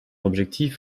objectif